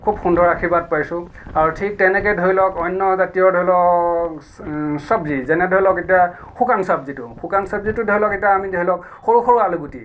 খুব সুন্দৰ আশীৰ্বাদ পাইছোঁ আৰু ঠিক তেনেকৈ ধৰি লওক অন্য জাতীয় ধৰি লওক চব্জি যেনে ধৰি লওক এতিয়া শুকান চব্জিটো শুকান চব্জিটো ধৰি লওক এতিয়া আমি ধৰি লওক সৰু সৰু আলুগুটি